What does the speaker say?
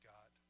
God